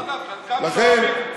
לכן,